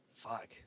fuck